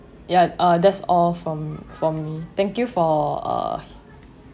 uh ya that's all from from me thank you for uh